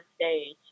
stage